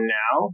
now